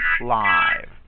live